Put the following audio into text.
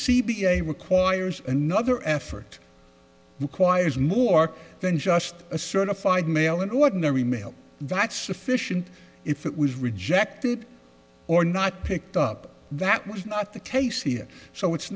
a requires another effort acquires more than just a certified mail in ordinary mail that's sufficient if it was rejected or not picked up that was not the case here so it's